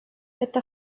это